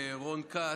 אמר לקואליציה: